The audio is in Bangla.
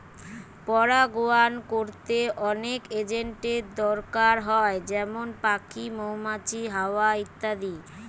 পরাগায়ন কোরতে অনেক এজেন্টের দোরকার হয় যেমন পাখি, মৌমাছি, হাওয়া ইত্যাদি